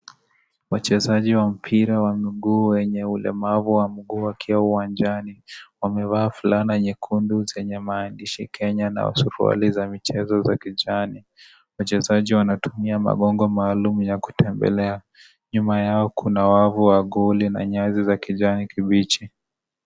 Wachezaji wa mpira wa mguu wenye ulemavu wa mguu wakiwa uwanjani. Wamevaa fulana nyekundu zenye maandishi Kenya na suruali za kijani. Wachezaji wanatumia mabongo maalum ya kutembelea. Nyuma yao kuna wavu wa goli na nyasi za kijani kimbichi.